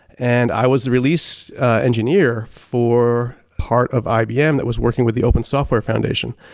and i was the release engineer for part of ibm that was working with the open software foundation.